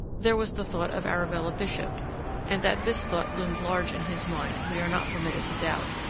there was the thought of arabella bishop and that this thought loomed large in his mind we are not permitted to doubt.